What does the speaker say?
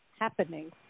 happening